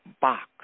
box